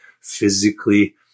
physically